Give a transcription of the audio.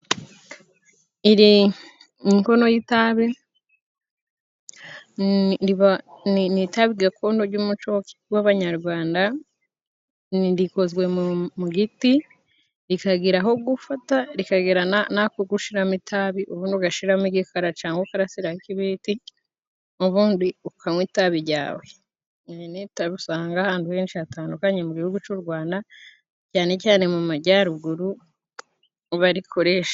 Inkono y'itabi ni itabi gakondo jy'umuco w'abanyarwanda rikozwe mu giti, rikagira aho gufata rikagira n'ako gushiramo itabi, ubundi ugashiramo igikara cangwa ukarasiraho ikiribiti ubundi ukanwa itabi jyawe. Iri ni itabi usanga ahantu henshi hatandukanye mu gihugu c'u Rwanda, cyane cyane mu majyaruguru ni ho barikoresha.